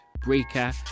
Breaker